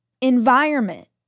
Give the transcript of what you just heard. environment